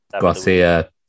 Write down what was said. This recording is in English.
Garcia